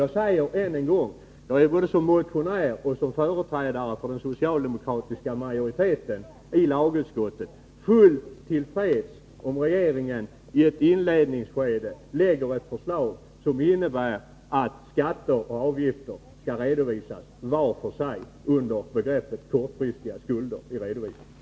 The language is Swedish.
Jag säger än en gång att jag som motionär och som företrädare för den socialdemokratiska majoriteten i lagutskottet är fullt till freds, om regeringen i ett inledningsskede lägger fram ett förslag som innebär att skatter och avgifter skall uppges var för sig under begreppet kortfristiga skulder i redovisningen.